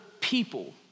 people